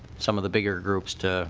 some of the bigger groups to